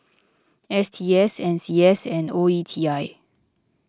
S T S N C S and O E T I